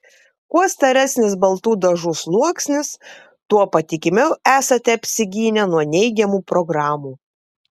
kuo storesnis baltų dažų sluoksnis tuo patikimiau esate apsigynę nuo neigiamų programų